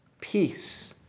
peace